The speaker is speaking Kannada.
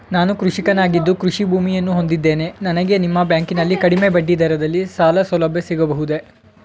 ನಾನು ಕೃಷಿಕನಾಗಿದ್ದು ಕೃಷಿ ಭೂಮಿಯನ್ನು ಹೊಂದಿದ್ದೇನೆ ನನಗೆ ನಿಮ್ಮ ಬ್ಯಾಂಕಿನಲ್ಲಿ ಕಡಿಮೆ ಬಡ್ಡಿ ದರದಲ್ಲಿ ಸಾಲಸೌಲಭ್ಯ ಸಿಗಬಹುದೇ?